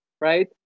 right